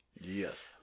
Yes